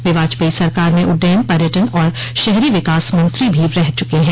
वे वाजपेयी सरकार में उड्डयन पर्यटन और शहरी विकास मंत्री भी रह चुके हैं